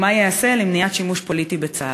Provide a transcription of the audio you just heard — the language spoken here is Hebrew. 2. מה ייעשה למניעת שימוש פוליטי בצה"ל?